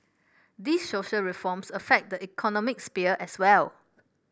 these social reforms affect the economic sphere as well